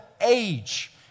age